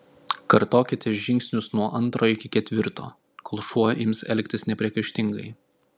kartokite žingsnius nuo antro iki ketvirto kol šuo ims elgtis nepriekaištingai